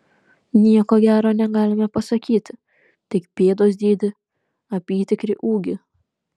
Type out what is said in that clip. nieko gero negalime pasakyti tik pėdos dydį apytikrį ūgį